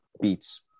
Beats